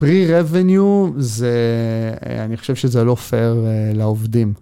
Pre-revenue זה, אני חושב שזה לא fair לעובדים.